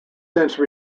since